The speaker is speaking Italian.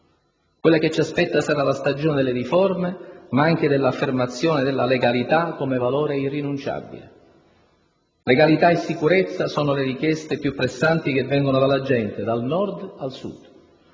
Quella che ci aspetta sarà la stagione delle riforme, ma anche dell'affermazione della legalità come valore irrinunciabile. Legalità e sicurezza sono le richieste più pressanti che vengono dalla gente, dal Nord al Sud.